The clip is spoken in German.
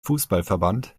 fußballverband